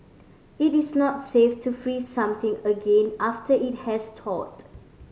it is not safe to freeze something again after it has thawed